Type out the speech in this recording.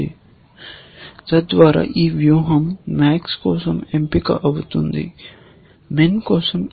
కాబట్టి MAX ఎంచుకున్న ఈ వ్యూహం మరియు మనం దానిని S అని పేరు పెట్టాము మరియు ఈ వ్యూహం యొక్క విలువ ఏమిటి